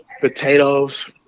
Potatoes